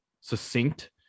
succinct